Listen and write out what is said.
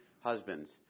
Husbands